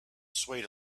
swayed